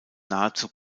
nahezu